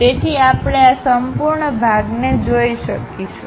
તેથી આપણે આ સંપૂર્ણ ભાગને જોઇ શકીશું